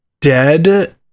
dead